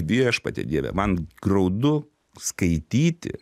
viešpatie dieve man graudu skaityti